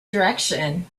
direction